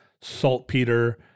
saltpeter